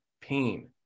pain